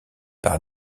par